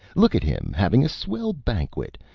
look at him! having a swell banquet.